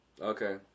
Okay